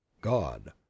god